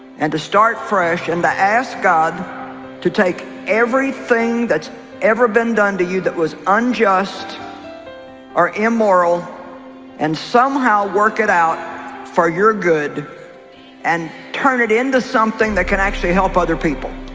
and to start fresh and to ask god to take everything that's ever been done to you that was unju or immoral and somehow work it out for your good and turn it into something that can actually help other people.